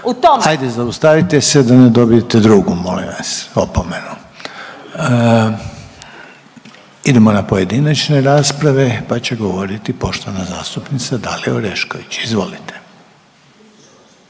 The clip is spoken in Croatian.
Ajde zaustavite se da ne dobijete drugu molim vas, opomenu./… Idemo na pojedinačne rasprave pa će govoriti poštovana zastupnica Dalija Orešković. Izvolite.